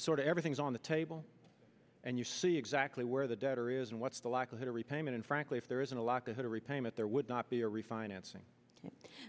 sort of everything's on the table and you see exactly where the debtor is and what's the likelihood of repayment and frankly if there isn't a lot to her repayment there would not be a refinancing